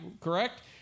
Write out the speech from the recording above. correct